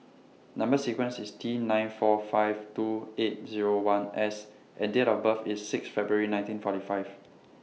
Number sequence IS T nine four five two eight Zero one S and Date of birth IS six February nineteen forty five